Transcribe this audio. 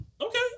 Okay